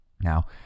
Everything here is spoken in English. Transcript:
Now